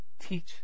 teach